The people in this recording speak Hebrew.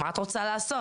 מה את רוצה לעשות?